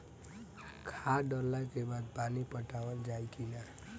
खाद डलला के बाद पानी पाटावाल जाई कि न?